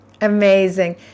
Amazing